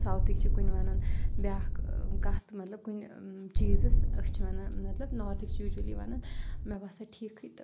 سَوتھٕکۍ چھِ کُنہِ وَنان بیاکھ کَتھ مطلب کُنہِ چیٖزس أسۍ چھِ وَنان مطلب نارتھٕکۍ چھِ یوٗجؤلی وَنان مےٚ باسان ٹھیٖکھٕے تہٕ